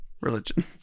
Religion